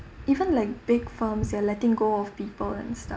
even like big firms are letting go of people and staff